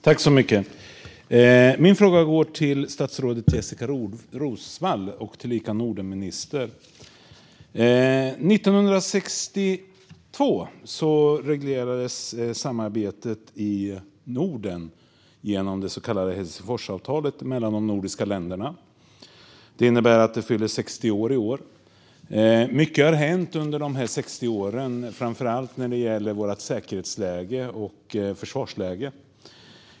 Fru talman! Min fråga går till statsrådet Jessika Roswall, tillika Nordenminister. År 1962 reglerades samarbetet i Norden genom det så kallade Helsingforsavtalet mellan de nordiska länderna. Det innebär att det fyllde 60 år i fjol. Mycket har hänt under dessa 60 år, framför allt när det gäller vårt säkerhetsläge och försvarsläge.